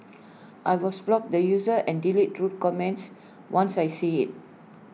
I will block the user and delete rude comments once I see IT